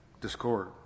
discord